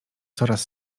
coraz